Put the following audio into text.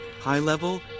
high-level